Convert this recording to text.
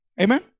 amen